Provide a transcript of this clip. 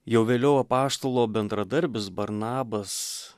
jau vėliau apaštalo bendradarbis barnabas